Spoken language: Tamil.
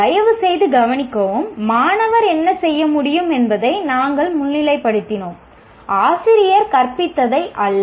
தயவுசெய்து கவனிக்கவும் மாணவர் என்ன செய்ய முடியும் என்பதை நாங்கள் முன்னிலைப்படுத்தினோம் ஆசிரியர் கற்பித்தவை அல்ல